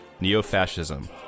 neo-fascism